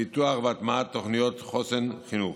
פיתוח והטמעת תוכניות חוסן חינוך,